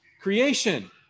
Creation